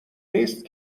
نیست